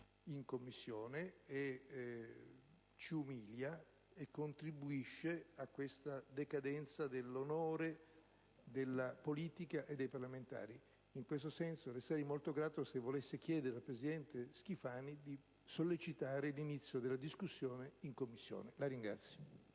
in Commissione ci umilia e contribuisce a questa decadenza dell'onore della politica e dei parlamentari. In questo senso le sarei molto grato se volesse chiedere al presidente Schifani di sollecitare l'inizio della discussione in Commissione. *(Applausi